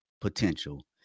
potential